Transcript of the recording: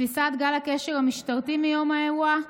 תפיסת גל הקשר המשטרתי מיום האירוע,